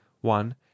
one